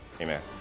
Amen